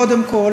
קודם כול,